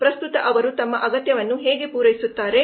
ಪ್ರಸ್ತುತ ಅವರು ತಮ್ಮ ಅಗತ್ಯವನ್ನು ಹೇಗೆ ಪೂರೈಸುತ್ತಾರೆ